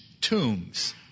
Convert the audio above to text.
tombs